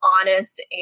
honest